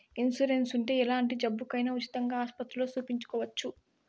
insurance ఉంటే ఎలాంటి జబ్బుకైనా ఉచితంగా ఆస్పత్రుల్లో సూపించుకోవచ్చు